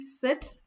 sit